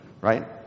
Right